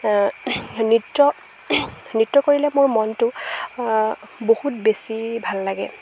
নৃত্য নৃত্য কৰিলে মোৰ মনটো বহুত বেছি ভাল লাগে